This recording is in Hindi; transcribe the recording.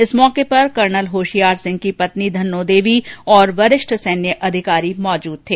इस मौके पर कर्नल होशियार सिंह की पत्नी धन्नो देवी और वरिष्ठ सैन्य अधिकारी मौजूद थे